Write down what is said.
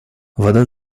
вода